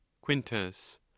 quintus